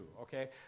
okay